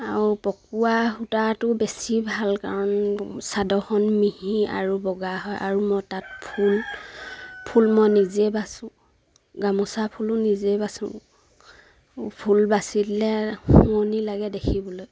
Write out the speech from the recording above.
আৰু পকোৱা সূতাটো বেছি ভাল কাৰণ চাদৰখন মিহি আৰু বগা হয় আৰু মই তাত ফুল ফুল মই নিজে বাচোঁ গামোচা ফুলো নিজে বাচোঁ ফুল বাচি দিলে শুৱনী লাগে দেখিবলৈ